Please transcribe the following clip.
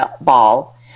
Ball